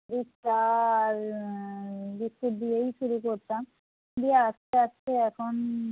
দুধ চা আর বিস্কুট দিয়েই শুরু করতাম দিয়ে আস্তে আস্তে এখন